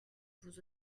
vous